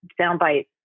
soundbite